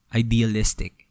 idealistic